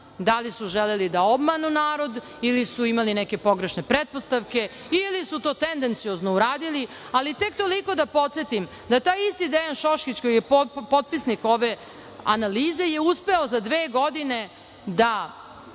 da li su želeli da obmanu narod ili su imali neke pogrešne pretpostavke, ili su to tendenciozno uradili? Tek toliko da podsetim, taj isti Dejan Šoškić koji je potpisnik ove analize, uspeo je da za dve godine